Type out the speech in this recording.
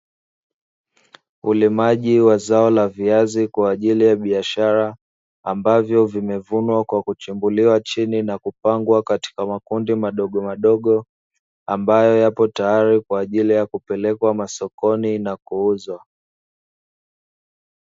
Ulimaji wa zao la viazi kwaajili ya biashara ambavyo vimevunwa kwa kuchimbuliwa chini, na kupangwa katika makundi madogomadogo ambayo yapo tayari kwaajili ya kupelekwa masokoni na kuuzwa.